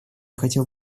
хотел